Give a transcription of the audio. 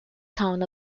town